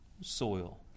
soil